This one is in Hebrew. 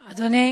הזה,